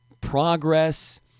progress